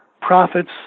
profits